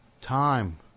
Time